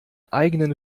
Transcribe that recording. eigenen